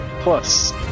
plus